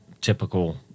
typical –